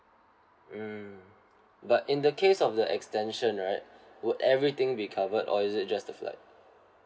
mm but in the case of the extension right would everything be covered or is it just the flight